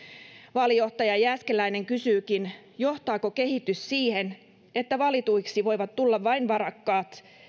vaalijohtaja jääskeläinen kysyykin johtaako kehitys siihen että valituiksi voivat tulla vain varakkaat